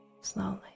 slowly